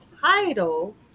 title